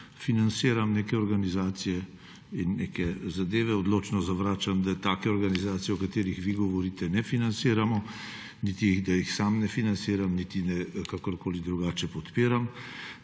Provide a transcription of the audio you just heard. financiram neke organizacije in neke zadeve. Odločno zavračam, take organizacije, o katerih vi govorite, ne financiramo, niti jih sam ne financiram, niti kakorkoli drugače podpiram.